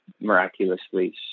miraculously